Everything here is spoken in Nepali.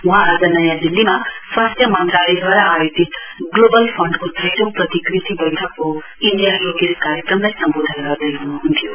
वहाँ आज नयाँ दिल्लीमा स्वास्थ्य मन्त्रालयद्वारा आयोजित ग्लोबल फण्डको छैटौं प्रतिकृति बैठकको इण्डिया शोकेस कार्यक्रमलाई सम्वोधन गर्दैहनुहन्थ्यो